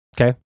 Okay